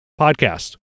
podcast